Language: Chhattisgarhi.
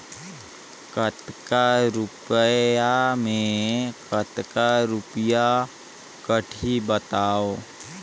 कतेक रुपिया मे कतेक रुपिया कटही बताव?